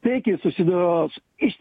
taikiai susidorot iš